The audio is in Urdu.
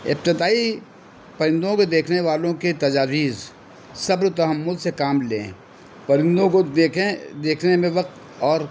ابتدائی پرندوں کو دیکھنے والوں کے تجاویز صبر و تحمل سے کام لیں پرندوں کو دیکھیں دیکھنے میں وقت اور